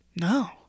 no